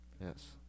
Yes